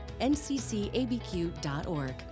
nccabq.org